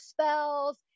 spells